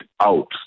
out